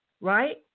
right